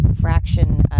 fraction